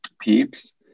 peeps